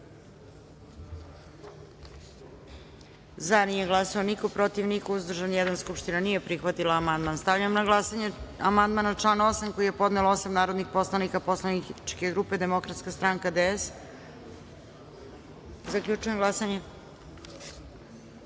glasanje: za – niko, protiv – niko, uzdržan – jedan. Skupština nije prihvatila amandman. Stavljam na glasanje amandman na član 8. koji je podnelo osam narodnih poslanika poslaničke grupe Demokratska stranka - DS.Zaključujem glasanje: